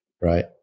right